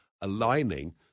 aligning